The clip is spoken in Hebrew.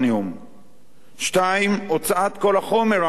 2. הוצאת כל החומר המועשר,